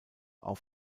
auf